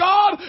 God